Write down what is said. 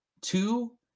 two